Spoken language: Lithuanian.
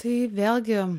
tai vėlgi